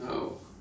oh